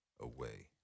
away